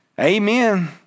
Amen